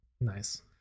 Nice